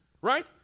Right